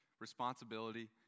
responsibility